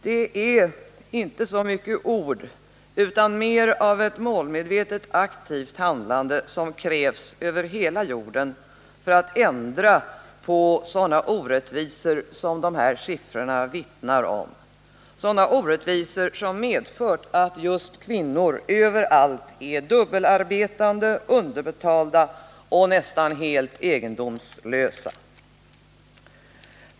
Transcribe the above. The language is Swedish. Det är inte så mycket ord utan mer av ett målmedvetet aktivt handlande som krävs över hela jorden för att ändra på sådana orättvisor som de här siffrorna vittnar om — sådana orättvisor som medfört att just kvinnor överallt är dubbelarbetande, underbetalda och nästan helt egendomslösa.